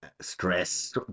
stress